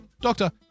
Doctor